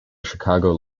chicago